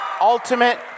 Ultimate